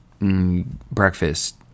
breakfast